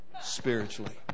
spiritually